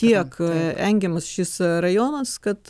tiek engiamas šis rajonas kad